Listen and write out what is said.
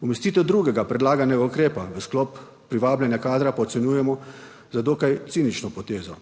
Umestitev drugega predlaganega ukrepa v sklop privabljanja kadra pa ocenjujemo za dokaj cinično potezo.